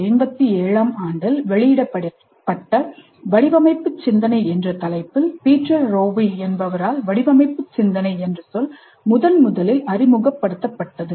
1987 ஆம் ஆண்டில் வெளியிடப்பட்ட "வடிவமைப்பு சிந்தனை" என்ற தலைப்பில் Peter Rowe என்பவரால் "வடிவமைப்பு சிந்தனை" என்ற சொல் முதன்முதலில் அறிமுகப்படுத்தப்பட்டது